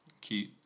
cute